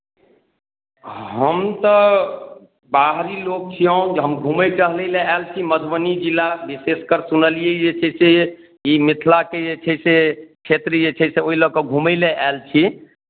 हम तऽ बाहरी लोक छिअहुँ जे हम घुमय टहलय लेल आयल छी मधुबनी जिला विशेषकर सुनलियै जे छै से ई मिथिलाके जे छै से क्षेत्र जे छै से ओहि लऽ कऽ घुमय लेल आयल छी